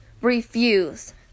Refuse